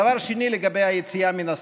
דבר שני, לגבי היציאה מן הסגר: